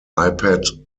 ipad